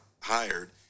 hired